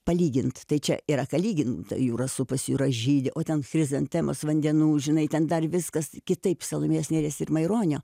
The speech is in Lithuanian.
palygint tai čia yra ką lygint ta jūra supasi jūra žydi o ten chrizantemos vandenų žinai ten dar viskas kitaip salomėjos nėries ir maironio